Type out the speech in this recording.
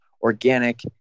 organic